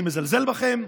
אני מזלזל בכם,